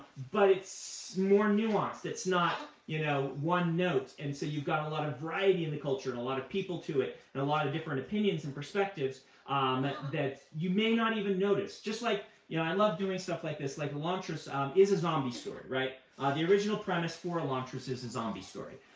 but it's more nuanced. it's not you know one note. and so you've got a lot of variety in the culture and a lot of people to it and a lot of different opinions and perspectives that you may not even notice. like you know i love doing stuff like this. like elantris um is a zombie story. ah the original premise for elantris is a zombie story.